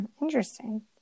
Interesting